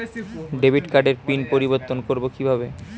Debit কার্ডের PIN পরিবর্তন করবো কীভাবে?